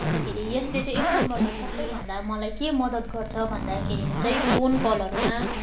अन्तखेरि यसले चाहिँ एक नम्बरमा सबभन्दा मलाई के मदत गर्छ भन्दाखेरि चाहिँ फोन कलहरूमा